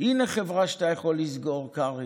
הינה חברה שאתה יכול לסגור, קרעי.